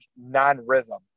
non-rhythm